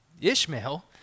Ishmael